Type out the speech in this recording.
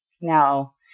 Now